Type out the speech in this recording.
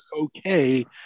okay